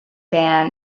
ban